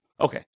Okay